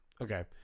okay